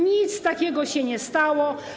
Nic takiego się nie stało.